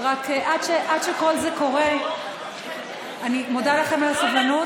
עד שכל זה קורה אני מודה לכם על הסבלנות,